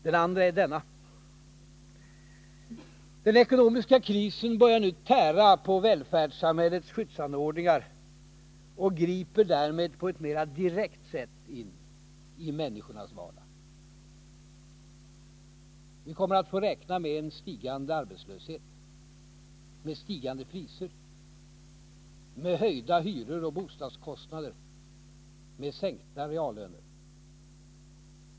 Den andra är denna: Den ekonomiska krisen börjar nu tära på välfärdssamhällets skyddsanordningar och griper på ett mera direkt sätt in i människornas vardag. Vi kommer att få räkna med en stigande arbetslöshet, med stigande priser, med höjda hyror och bostadskostnader, med sänkta reallöner.